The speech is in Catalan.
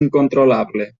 incontrolable